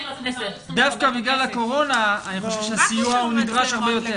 דווקא בגלל הקורונה, הסיוע נדרש הרבה יותר.